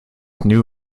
new